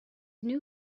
new